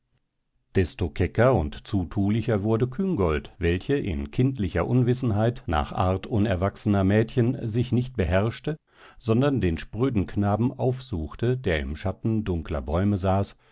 desto kecker und zutulicher wurde küngolt welche in kindlicher unwissenheit nach art unerwachsenen mädchen sich nicht beherrschte sondern den spröden knaben aufsuchte der im schatten dunkler bäume saß